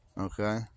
Okay